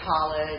college